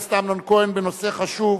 התשע"א 2011, לדיון מוקדם בוועדת החוקה,